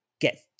get